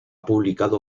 publicado